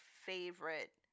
favorite